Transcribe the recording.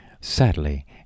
Sadly